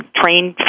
trained